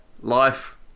life